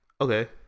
Okay